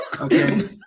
Okay